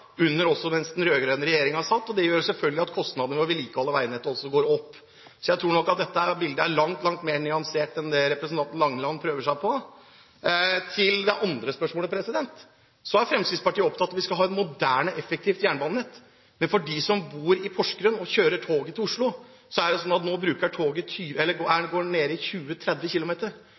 også under den rød-grønne regjeringen. Det gjør selvfølgelig at kostnadene ved vedlikehold av veinettet også går opp. Jeg tror nok at dette bildet er langt mer nyansert enn det representanten Langeland prøver seg på. Til det andre spørsmålet: Fremskrittspartiet er opptatt av at vi skal ha et moderne og effektivt jernbanenett. For dem som bor i Porsgrunn, og som kjører toget til Oslo, er det sånn at toget nå er nede i 20–30 km/t. Da vil det at toget går i 150 km/t, faktisk bli oppfattet som lynhastighet i